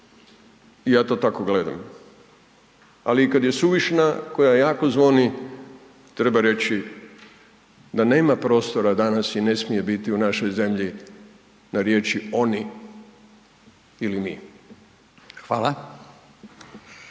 i ja to tako gledam, ali kada je suvišna koja jako zvoni treba reći da nema prostora danas i ne smije biti u našoj zemlji na riječi oni ili mi.